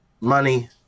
money